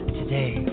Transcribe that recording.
today